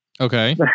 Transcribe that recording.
Okay